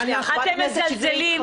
אתם מזלזלים,